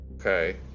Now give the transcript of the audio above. Okay